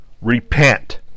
Repent